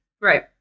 Right